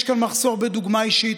יש כאן מחסור בדוגמה אישית,